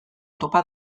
topa